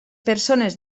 persones